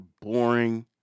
boring